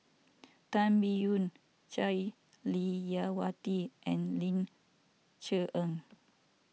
Tan Biyun Jah Lelawati and Ling Cher Eng